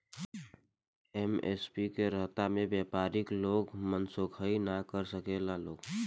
MSP के रहता में व्यपारी लोग मनसोखइ ना कर सकेला लोग